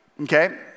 okay